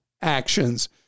actions